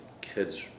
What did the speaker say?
Kids